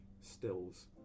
stills